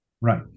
right